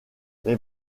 les